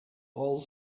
all